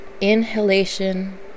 inhalation